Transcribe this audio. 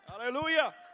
Hallelujah